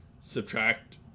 subtract